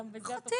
התקבלה.